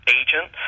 agent